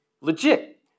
legit